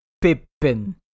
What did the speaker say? Pippin